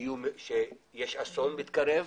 שאסון מתקרב,